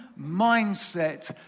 mindset